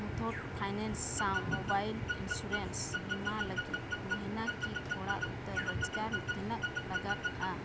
Muthoot finance ᱥᱟᱶ mobile insurance ᱵᱤᱢᱟ ᱞᱟᱹᱜᱤᱫ ᱢᱟᱹᱦᱱᱟᱹᱠᱤᱭᱟᱹ ᱛᱷᱚᱲᱟ ᱩᱛᱟᱹᱨ ᱨᱳᱡᱽᱜᱟᱨ ᱛᱤᱱᱟᱹᱜ ᱞᱟᱜᱟᱜᱼᱟ